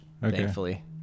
thankfully